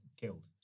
killed